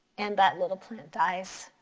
and that little plant dies.